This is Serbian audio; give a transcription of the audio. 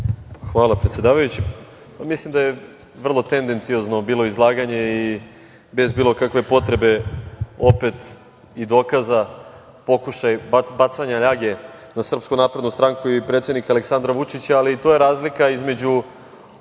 Hvala, predsedavajući. Mislim da je vrlo tendenciozno bilo izlaganje i bez bilo kakve potrebe opet i dokaza pokušaj bacanja ljage na SNS i predsednika Aleksandra Vučića, ali to je razlika između